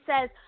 says